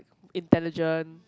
intelligent